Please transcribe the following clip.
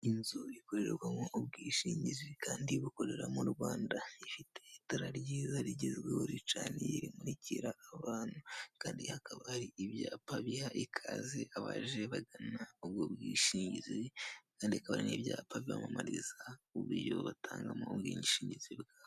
Inzu ikorerwamo ubwishingizi kandi bukorera mu Rwanda, ifite itara ryiza rigezweho ricanye rimurikira abantu, kandi hakaba hari ibayapa biha ikaze abajea bagana ubwo bwishingizi, kandi akaba ari n'ibapa bibamamariza uburyo batangamo ubwishingizi bwa bo.